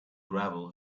gravel